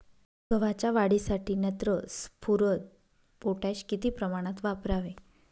गव्हाच्या वाढीसाठी नत्र, स्फुरद, पोटॅश किती प्रमाणात वापरावे?